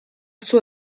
suo